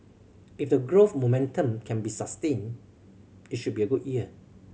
if the growth momentum can be sustained it should be a good year